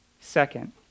Second